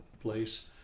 place